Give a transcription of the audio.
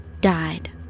died